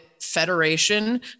federation